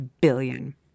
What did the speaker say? billion